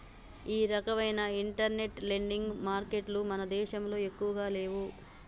ఈ రకవైన internet lending మారికెట్టులు మన దేశంలో ఎక్కువగా లేవు